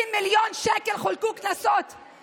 20 מיליון שקל קנסות חולקו.